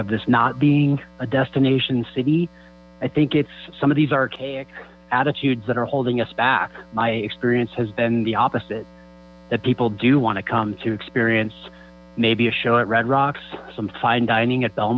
of this not being a destination city i think it's some of these archaic attitudes that are holding us back my experience has been the opposite that people do want to come to experience maybe a show at red rocks some fine dining at